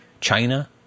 China